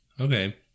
Okay